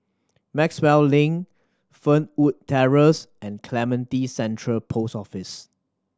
Maxwell Link Fernwood Terrace and Clementi Central Post Office